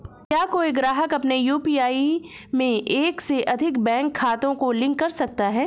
क्या कोई ग्राहक अपने यू.पी.आई में एक से अधिक बैंक खातों को लिंक कर सकता है?